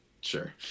Sure